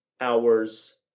hours